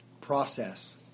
Process